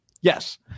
Yes